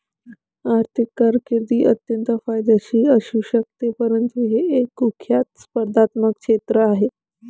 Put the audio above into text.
आर्थिक कारकीर्द अत्यंत फायद्याची असू शकते परंतु हे एक कुख्यात स्पर्धात्मक क्षेत्र आहे